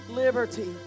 liberty